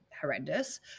horrendous